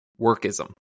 workism